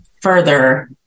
further